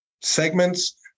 segments